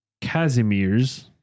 Casimir's